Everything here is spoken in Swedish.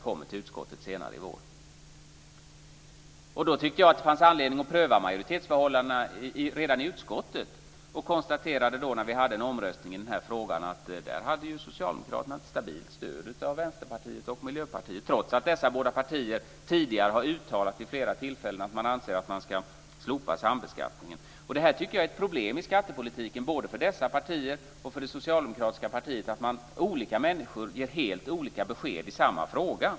Jag tyckte att det fanns anledning att pröva majoritetsförhållandena redan i utskottet. När vi hade en omröstning i den här frågan kunde jag konstatera att Socialdemokraterna hade ett stabilt stöd av Vänsterpartiet och Miljöpartiet, trots att dessa båda partier tidigare vid flera tillfällen har uttalat att man anser att sambeskattningen ska slopas. Jag tycker att det är ett problem i skattepolitiken, både för dessa partier och för det socialdemokratiska partiet, att olika människor ger helt olika besked i samma fråga.